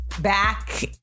back